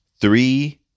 Three